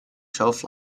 shelf